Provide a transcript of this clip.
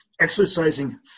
Exercising